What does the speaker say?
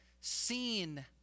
seen